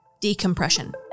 decompression